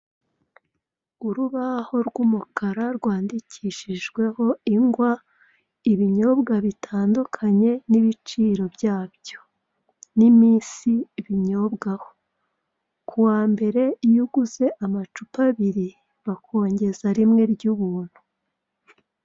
Urubaho rw'umukara, rwandikishijweho ingwa, ibinyobwa bitandukanye n'ibiciro byabyo n'iminsi binyobwaho; ku wa mbere, iyo uguze amacupa abiri, bakongeza rimwe ry'ubuntu.